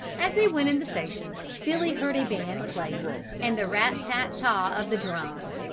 as they went in the station billy heard a band playing and the rat-ta-tah-tah of the drums,